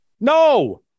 No